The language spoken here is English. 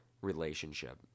relationship